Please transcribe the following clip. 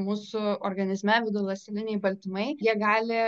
mūsų organizme viduląsteliniai baltymai jie gali